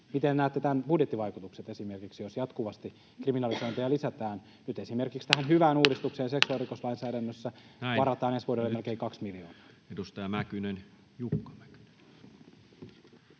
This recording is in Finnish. esimerkiksi budjettivaikutukset, jos jatkuvasti kriminalisointeja lisätään? Nyt esimerkiksi tähän hyvään uudistukseen seksuaalirikoslainsäädännössä varataan ensi vuodelle melkein kaksi miljoonaa. Näin. — Ja nyt edustaja Mäkynen,